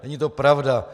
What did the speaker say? Není to pravda.